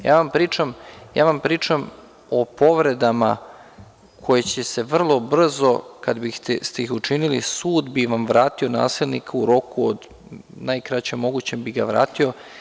Ja vam pričam o povredama koje će se vrlo brzo, kada biste ih učinili, sud bi vam vratio nasilnika u roku, najkraćem mogućem bi ga vratio.